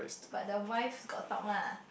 but the wives got talk lah